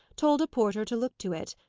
told a porter to look to it,